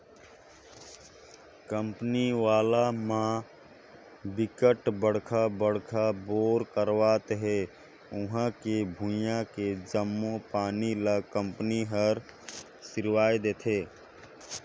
company वाला म बिकट बड़का बड़का बोर करवावत हे उहां के भुइयां के जम्मो पानी ल कंपनी हर सिरवाए देहथे